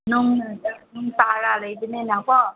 ꯅꯣꯡꯅ ꯑꯗꯨꯝ ꯇꯥꯔꯒ ꯂꯩꯕꯅꯤꯅꯀꯣ